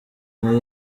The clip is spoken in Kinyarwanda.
nari